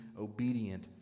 obedient